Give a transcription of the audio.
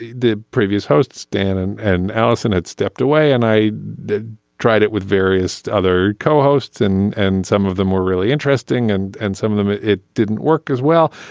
the previous hosts, dan and and allison, had stepped away and i had tried it with various other co-hosts. and and some of them were really interesting. and and some of them it it didn't work as well.